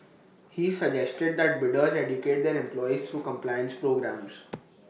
he suggested that bidders educate their employees through compliance programmes